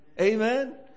Amen